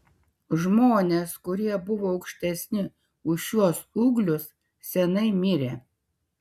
žmonės kurie buvo aukštesni už šiuos ūglius seniai mirė